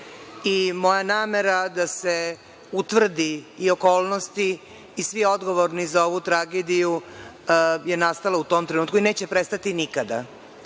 moja namera da se utvrdi i okolnosti i svi odgovorni za ovu tragediju je nastala u tom trenutku i neće prestati nikada. Dva